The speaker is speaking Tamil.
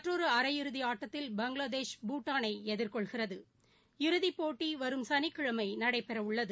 மற்றொருஅரை இறுதி ஆட்டத்தில் பங்களாதேஷ் பூட்டானைஎதிர்கொள்கிறது இறுதிப்போட்டிவரும் சனிக்கிழமைநடைபெறவுள்ளது